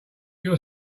your